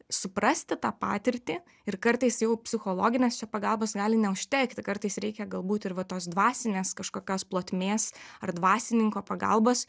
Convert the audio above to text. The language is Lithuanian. suprasti tą patirtį ir kartais jau psichologinės čia pagalbos gali neužtekti kartais reikia galbūt ir va tos dvasinės kažkokios plotmės ar dvasininko pagalbos